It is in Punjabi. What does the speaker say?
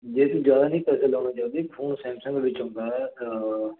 ਜੈ ਤੁਸੀਂ ਜਿਆਦਾ ਪੈਸੇ ਨਹੀਂ ਲਾਉਣਾ ਚਾਉਂਦੇ ਫੋਨ ਸੈਮਸੰਗ ਵਿਚ ਆਉਂਦਾ